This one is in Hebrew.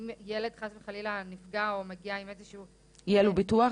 אם ילד חס וחלילה נפגע או מגיע עם איזשהו --- יהיה לו ביטוח?